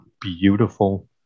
beautiful